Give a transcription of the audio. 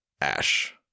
Ash